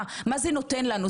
מה זה נותן לנו?